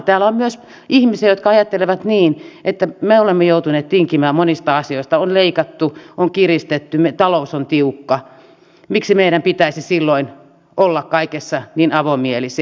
täällä on myös ihmisiä jotka ajattelevat niin että me olemme joutuneet tinkimään monista asioista on leikattu on kiristetty meidän taloutemme on tiukka miksi meidän pitäisi silloin olla kaikessa niin avomielisiä